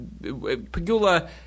Pagula